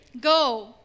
Go